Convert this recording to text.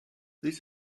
this